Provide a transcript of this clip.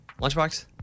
lunchbox